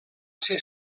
ser